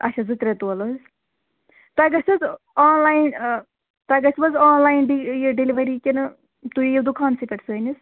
اَچھا زٕ ترٚےٛ تولہٕ حظ تۄہہِ گَژھِ حظ آن لایَن تۄہہِ گژھوٕ حظ آن لایَن ڈِ یہِ ڈِیلوری کِنہٕ تۄہہِ یِیِو دُکانسٕے پٮ۪ٹھ سٲنِس